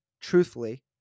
truthfully